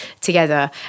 together